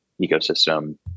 ecosystem